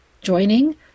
joining